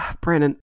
Brandon